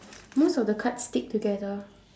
most of the cards stick together